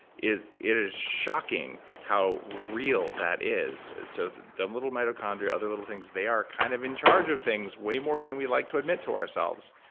it is shocking how real that is so the the little mitochondria, other little things, they are kind of in charge of things way more than we like to admit to ourselves.